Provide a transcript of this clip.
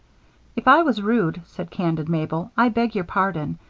if i was rude, said candid mabel, i beg your pardon.